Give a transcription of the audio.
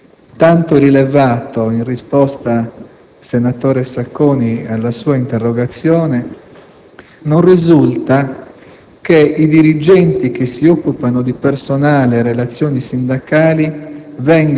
Tanto rilevato, in risposta, senatore Sacconi, alla sua interrogazione, non risulta che «i dirigenti che si occupano di personale e relazioni sindacali